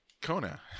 Kona